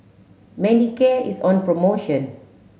Manicare is on promotion